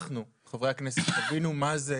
אנחנו, חברי הכנסת, תבינו מה זה